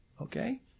Okay